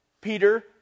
peter